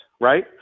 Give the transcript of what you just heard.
right